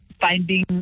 finding